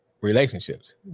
relationships